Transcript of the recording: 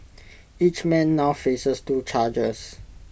each man now faces two charges